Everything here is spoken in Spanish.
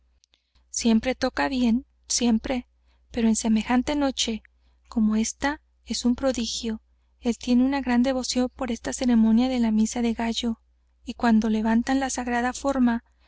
siempre toca bien siempre pero en semejante noche como ésta es un prodigio él tiene una gran devoción por esta ceremonia de la misa del gallo y cuando levantan la sagrada forma